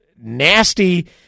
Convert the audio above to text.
nasty